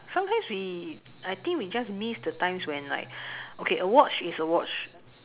ya sometimes we I think we just miss the times when like okay a watch is a watch